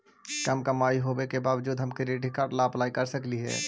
कम कमाई होने के बाबजूद हम क्रेडिट कार्ड ला अप्लाई कर सकली हे?